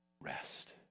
Rest